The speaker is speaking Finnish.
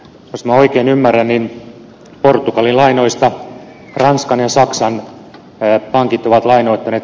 jos oikein ymmärrän niin portugalin lainoista ranskan ja saksan päät tontit ovat lainoittaneet